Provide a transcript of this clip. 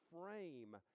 frame